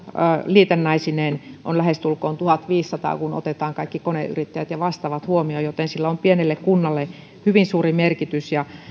liitännäisineen on lähestulkoon tuhatviisisataa kun otetaan kaikki koneyrittäjät ja vastaavat huomioon joten sillä on pienelle kunnalle hyvin suuri merkitys